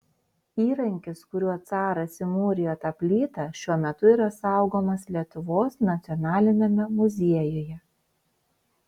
įrankis kuriuo caras įmūrijo tą plytą šiuo metu yra saugomas lietuvos nacionaliniame muziejuje